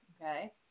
Okay